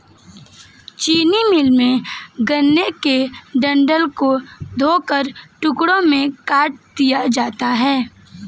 चीनी मिल में, गन्ने के डंठल को धोकर टुकड़ों में काट दिया जाता है